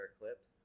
eclipse